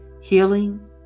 healing